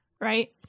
Right